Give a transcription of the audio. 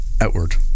outward